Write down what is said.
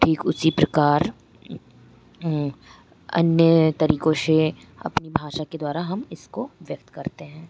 ठीक उसी प्रकार अन्य तरीक़ों से अपनी भाषा के द्वारा हम इसको व्यक्त करते हैं